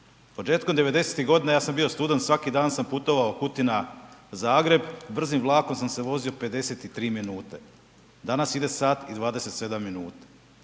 Početkom 90-ih godina ja sam bio student, svaki dan sam putovao Kutina-Zagreb, brzim vlakom sam se vozio 53 minute. Danas ide sat i 27 minuta.